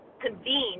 convene